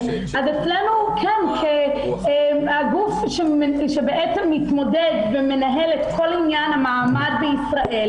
אז אצלנו כן הגוף שמתמודד ומנהל את כל עניין המעמד בישראל,